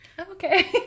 Okay